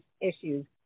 issues